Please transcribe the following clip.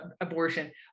abortion